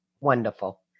wonderful